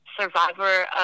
survivor